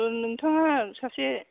नोंथाङा सासे